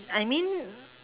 I mean